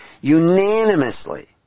unanimously